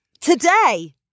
Today